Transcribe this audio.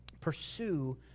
Pursue